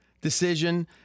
decision